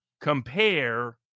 compare